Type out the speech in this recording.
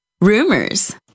rumors